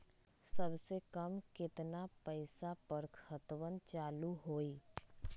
सबसे कम केतना पईसा पर खतवन चालु होई?